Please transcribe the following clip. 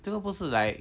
真的不是 like